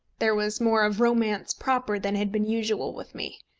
there was more of romance proper than had been usual with me.